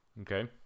okay